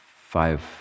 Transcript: five